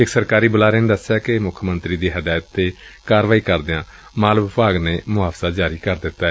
ਇਕ ਸਰਕਾਰੀ ਬੁਲਾਰੇ ਨੇ ਦੱਸਿਆ ਕਿ ਮੁੱਖ ਮੰਤਰੀ ਦੀ ਹਦਾਇਤ ਤੇ ਕਾਰਵਾਈ ਕਰਦਿਆਂ ਮਾਲ ਵਿਭਾਗ ਨੇ ਮੁਆਵਜ਼ਾ ਜਾਰੀ ਕੀਤੈ